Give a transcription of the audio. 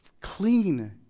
clean